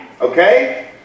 Okay